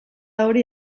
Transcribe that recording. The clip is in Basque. hori